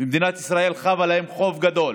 ומדינת ישראל חבה להם חוב גדול.